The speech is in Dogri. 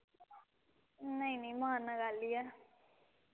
नेईं नेईं मारना कैली ऐ